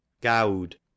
Goud